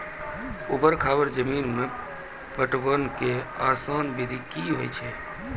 ऊवर खाबड़ जमीन मे पटवनक आसान विधि की ऐछि?